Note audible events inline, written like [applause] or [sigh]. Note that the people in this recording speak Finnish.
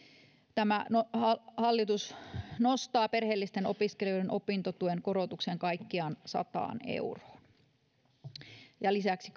tämä hallitus nostaa perheellisten opiskelijoiden opintotuen korotuksen kaikkiaan sataan euroon lisäksi [unintelligible]